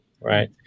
right